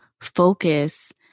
focus